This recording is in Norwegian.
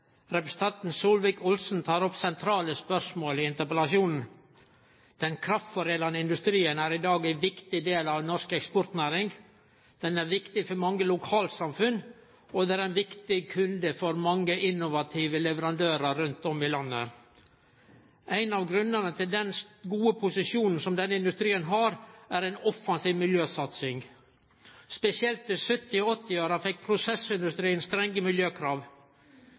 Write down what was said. Representanten Solvik-Olsen tek opp sentrale spørsmål i interpellasjonen. Den kraftforedlande industrien er i dag ein viktig del av norsk eksportnæring. Han er viktig for mange lokalsamfunn, og han er ein viktig kunde for mange innovative leverandørar rundt om i landet. Ein av grunnane til den gode posisjonen som denne industrien har, er ei offensiv miljøsatsing. Spesielt i 1970- og 1980-åra fekk prosessindustrien strenge miljøkrav.